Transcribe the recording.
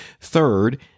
Third